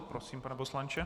Prosím, pane poslanče.